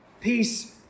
peace